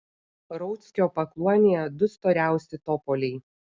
rauckio pakluonėje du storiausi topoliai